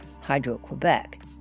Hydro-Quebec